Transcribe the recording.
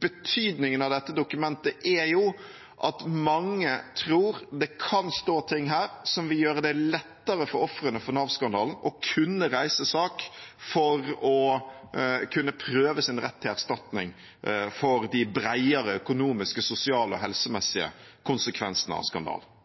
Betydningen av dette dokumentet er at mange tror det kan stå ting der som vil gjøre det lettere for ofrene for Nav-skandalen å kunne reise sak for å kunne prøve sin rett til erstatning for de breiere økonomiske, sosiale og helsemessige konsekvensene av